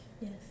Yes